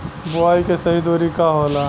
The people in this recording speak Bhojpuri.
बुआई के सही दूरी का होला?